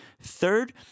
Third